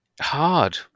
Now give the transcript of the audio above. hard